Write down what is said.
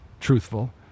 truthful